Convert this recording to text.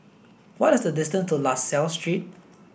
what the distance to La Salle Street